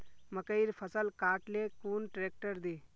मकईर फसल काट ले कुन ट्रेक्टर दे?